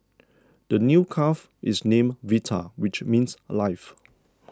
the new calf is named Vita which means life